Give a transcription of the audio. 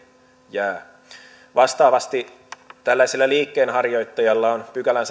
jää vastaavasti tällaisella liikkeenharjoittajalla on sadannenneljännenkymmenennenkolmannen pykälän